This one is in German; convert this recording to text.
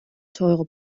teure